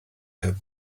heb